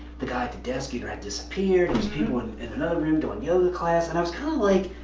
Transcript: the guy at the desk either had disappeared and people in another room doing yoga class, and i was kind of like.